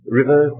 river